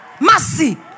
Mercy